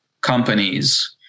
companies